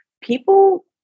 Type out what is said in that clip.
people